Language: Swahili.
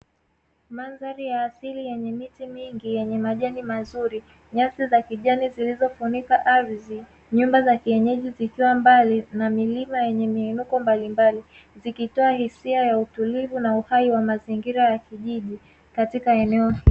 Mandhari ya asili yenye miti mingi yenye majani mazuri, nyasi za kijani zilizofunika ardhi, nyumba za kienyeji zikiwa mbali na milima yenye miinuko mbalimbali. Zikitoa hisia ya utulivu na uhai wa mazingira ya kijiji katika eneo hili.